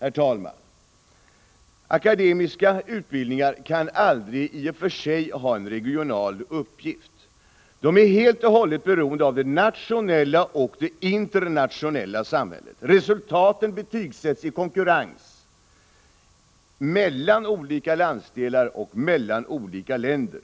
herr talman, akademiska utbildningar kan aldrig i och för sig ha en regional uppgift. De är helt och hållet beroende av det nationella och internationella samhället. Resultaten betygsätts i konkurrens mellan olika landsdelar och mellan olika länder.